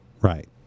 right